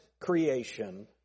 creation